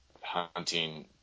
hunting